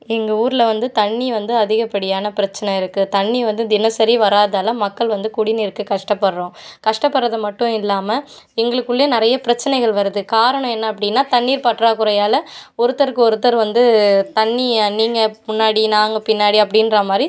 எங்கள் ஊரில் வந்து தண்ணி வந்து அதிகப்படியான பிரச்சின இருக்குது தண்ணி வந்து தினசரி வராததால் மக்கள் வந்து குடிநீர்க்கு கஷ்டப்படுகிறோம் கஷ்டப்படுறது மட்டும் இல்லாமல் எங்களுக்குள்ளே நிறைய பிரச்சினைகள் வருது காரணம் என்ன அப்படின்னா தண்ணீர் பற்றாக்குறையால் ஒருத்தருக்கு ஒருத்தர் வந்து தண்ணியை நீங்கள் முன்னாடி நாங்கள் பின்னாடி அப்படின்றா மாதிரி